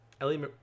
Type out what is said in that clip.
Ellie